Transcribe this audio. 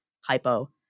hypo